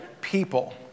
people